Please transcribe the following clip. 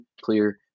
clear